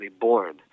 born